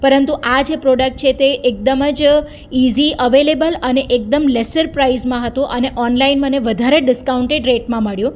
પરંતુ આ જે પ્રોડક્ટ છે તે એકદમ જ ઇઝી અવેલેબલ અને એકદમ લેસર પ્રાઇઝમાં હતો અને ઓનલાઈન મને વધારે ડિસ્કાઉન્ટેડ રેટમાં મળ્યું